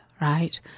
right